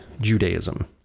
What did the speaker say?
Judaism